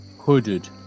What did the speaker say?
hooded